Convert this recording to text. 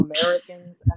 Americans